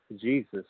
Jesus